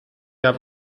der